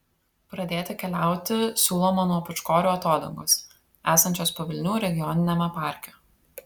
pradėti keliauti siūloma nuo pūčkorių atodangos esančios pavilnių regioniniame parke